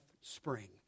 spring